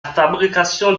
fabrication